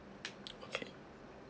okay